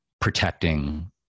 protecting